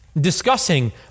discussing